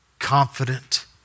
confident